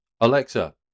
Alexa